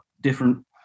different